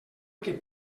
què